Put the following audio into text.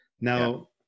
Now